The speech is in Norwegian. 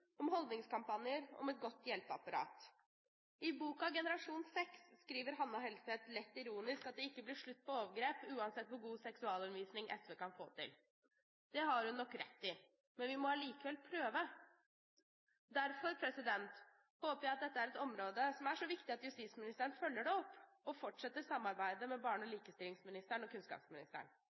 om holdningskampanjer og om et godt hjelpeapparat. I boken Generasjon sex skriver Hannah Helseth lett ironisk at det ikke blir slutt på overgrep uansett hvor god seksualundervisning SV får til. Det har hun nok rett i. Men vi må likevel prøve. Derfor håper jeg at dette er et område som er så viktig at justisministeren følger det opp og fortsetter samarbeidet med barne- og likestillingsministeren og kunnskapsministeren.